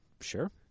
Sure